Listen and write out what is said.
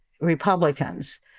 Republicans